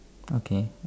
okay